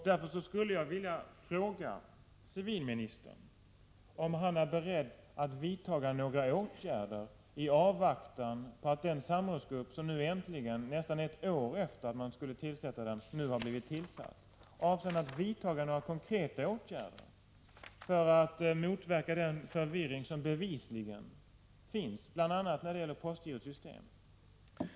Därför skulle jag vilja fråga civilministern om han i avvaktan på att arbetet kommer i gång i den samrådsgrupp som nu äntligen har blivit tillsatt, nästan ett år efter det att den skulle ha tillsatts, avser att vidta några konkreta åtgärder för att motverka den förvirring som bevisligen finns, bl.a. när det gäller postgirots system.